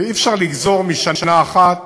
ואי-אפשר לגזור משנה אחת